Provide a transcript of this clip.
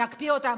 אני אקפיא אותה.